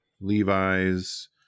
Levi's